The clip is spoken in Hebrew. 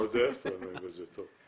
עוד איך, פלמנגו זה טוב.